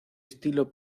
estilo